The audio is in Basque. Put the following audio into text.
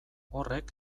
horrek